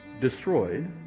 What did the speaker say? destroyed